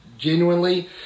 Genuinely